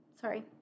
Sorry